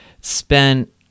spent